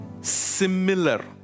similar